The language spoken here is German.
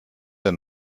der